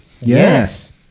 Yes